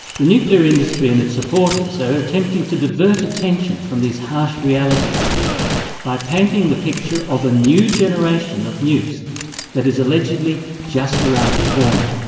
the nuclear industry and its supporters are attempting to divert attention from these harsh realities by painting the picture of a new generation of nukes that is allegedly just around the corner.